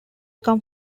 come